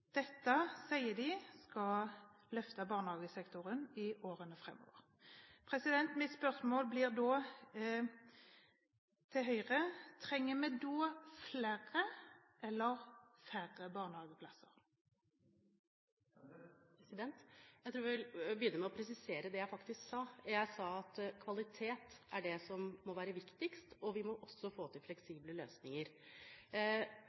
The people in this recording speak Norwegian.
Dette sier de skal løfte barnehagesektoren i årene framover. Mitt spørsmål til Høyre blir: Trenger vi da flere eller færre barnehageplasser? Jeg tror jeg må begynne med å presisere det jeg faktisk sa. Jeg sa at kvalitet er det som må være viktigst, og vi må også få til